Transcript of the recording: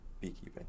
beekeeping